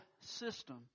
system